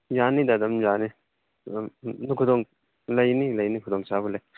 ꯌꯥꯅꯤꯗ ꯑꯗꯨꯝ ꯌꯥꯅꯤ ꯑꯗꯨꯝ ꯂꯩꯅꯤ ꯂꯩꯅꯤ ꯈꯨꯗꯣꯡ ꯆꯥꯕ ꯂꯩ